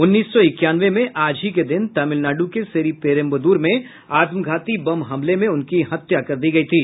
उन्नीस सौ इक्यानवे में आज ही के दिन तमिलनाडु के श्रीपेरुम्बद्र में आत्मघाती बम हमले में उनकी हत्या कर दी गई थी